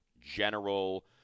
general